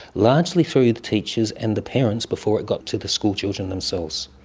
largely through the teachers and the parents, before it got to the school children themselves.